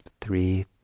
three